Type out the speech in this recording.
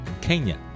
Kenya